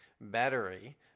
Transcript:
battery